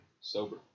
sober